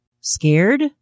scared